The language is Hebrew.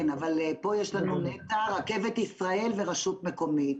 כן, אבל פה יש לנו נת"ע, רכבת ישראל ורשות מקומית,